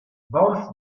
both